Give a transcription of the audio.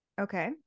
Okay